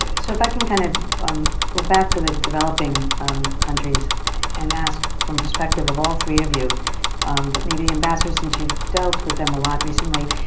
so if i can kind of um go back to the developing um countries and ask from a perspective of all three of you, but maybe ambassador since you've dealt with them a lot recently,